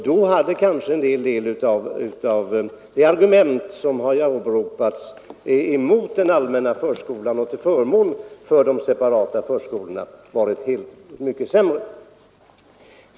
Då hade kanske en hel del av de argument som nu har åberopats mot den allmänna förskolan och till förmån för de separata förskolorna tett sig mycket sämre.